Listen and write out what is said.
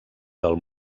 del